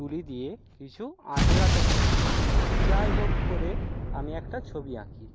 তুলি দিয়ে কিছু আঁচড়াতে থাকি যাই হোক করে আমি একটা ছবি আঁকি